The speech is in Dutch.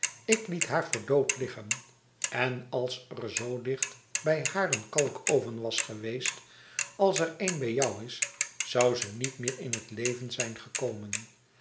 ik liet haar voor dood liggen en als er zoo dicht bij haar een kalkoven was geweest als er een bij jou is zou ze niet meer in het leven zijn gekomen